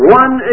one